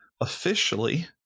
Officially